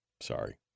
sorry